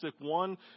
One